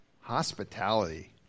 Hospitality